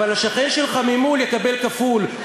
אבל השכן שלך ממול יקבל כפול,